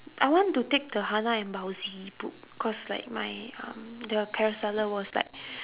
I want to take the hana and baozi book cause like my um the carouseller was like